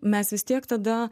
mes vis tiek tada